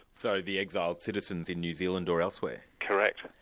so the exiled citizens in new zealand or elsewhere? correct.